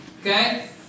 Okay